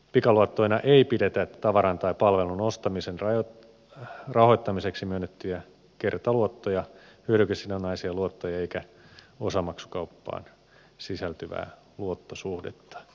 pikaluottoina ei pidetä tavaran tai palvelun ostamisen rahoittamiseksi myönnettäviä kertaluottoja hyödykesidonnaisia luottoja eikä osamaksukauppaan sisältyvää luottosuhdetta